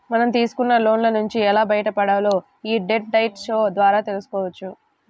మనం తీసుకున్న లోన్ల నుంచి ఎలా బయటపడాలో యీ డెట్ డైట్ షో ద్వారా తెల్సుకోవచ్చు